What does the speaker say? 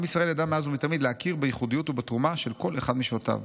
עם ישראל ידע מאז ומתמיד להכיר בייחודיות ובתרומה של כל אחד משבטיו.